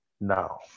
now